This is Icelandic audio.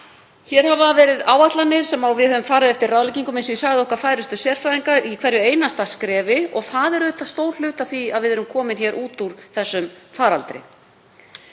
Hér hafa verið áætlanir og við höfum farið eftir ráðleggingum, eins og ég sagði, okkar færustu sérfræðinga í hverju einasta skrefi og það er stór hluti af því að við erum komin út úr þessum faraldri.